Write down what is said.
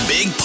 Big